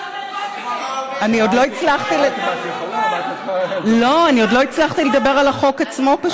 אני עוד לא הצלחתי לדבר על החוק עצמו.